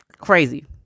Crazy